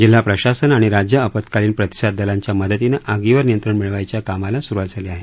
जिल्हा प्रशासन आणि राज्य आपत्कालीन प्रतिसाद दलांच्या मदतीनं आगीवर नियंत्रण मिळवायच्या कामाला सुरुवात केली आहे